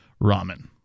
ramen